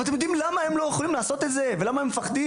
אתם יודעים למה הם לא יכולים לעשות את זה ולמה הם מפחדים?